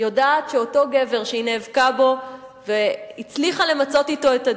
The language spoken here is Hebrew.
יודעת שאותו גבר שהיא נאבקה בו והצליחה למצות אתו את הדין,